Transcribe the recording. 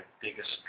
biggest